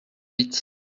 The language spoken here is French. vite